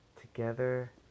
together